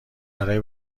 برای